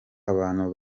abantu